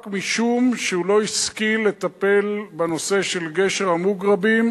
רק משום שהוא לא השכיל לטפל בנושא של גשר המוגרבים,